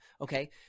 okay